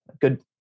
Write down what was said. good